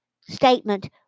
statement